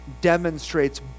demonstrates